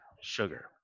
sugar